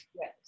yes